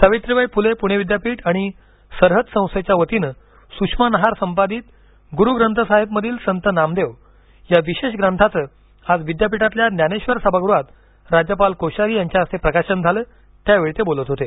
सावित्रीबाई फुले पुणे विद्यापीठ आणि सरहद्द संस्थेच्या वतीने सुषमा नहार संपादित गुरू ग्रंथसाहिब मधील संत नामदेव या विशेष ग्रंथाचं आज विद्यापीठातल्या ज्ञानेश्वर सभागृहात राज्यपाल कोश्यारी यांच्या हस्ते प्रकाशन झालं त्यावेळी ते बोलत होते